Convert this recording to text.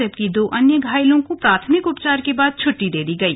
जबकि दो अन्य घायलों को प्राथमिक उपचार के बाद छुट्टी दे दी गई